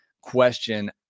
question